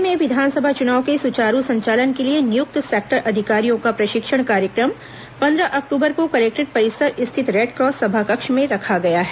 जिले में विधानसभा चुनाव के सुचारू संचालन के लिए नियुक्त सेक्टर अधिकारियों का प्रशिक्षण कार्यक्रम पंद्रह अक्टूबर को कलेक्टोरेट परिसर स्थित रेडक्रॉस सभाकक्ष में रखा गया है